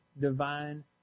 divine